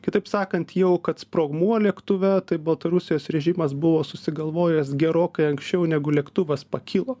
kitaip sakant jau kad sprogmuo lėktuve tai baltarusijos režimas buvo susigalvojęs gerokai anksčiau negu lėktuvas pakilo